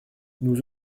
nous